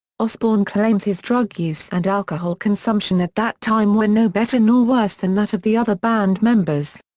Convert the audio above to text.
osbourne claims his drug use and alcohol consumption at that time were no better nor worse than that of the other band members.